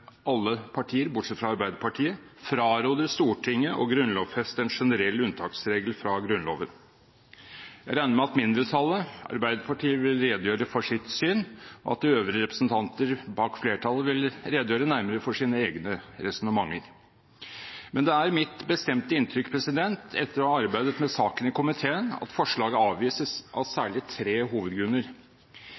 alle partier bortsett fra Arbeiderpartiet, fraråder Stortinget å grunnlovfeste en generell unntaksregel fra Grunnloven. Jeg regner med at mindretallet – Arbeiderpartiet – vil redegjøre for sitt syn, og at de øvrige representanter bak flertallet vil redegjøre nærmere for sine egne resonnementer. Men det er mitt bestemte inntrykk, etter å ha arbeidet med saken i komiteen, at forslaget avvises av særlig tre hovedgrunner.